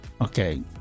Okay